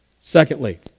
Secondly